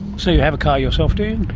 so you have a car yourself, do you?